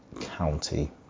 county